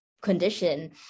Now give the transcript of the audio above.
condition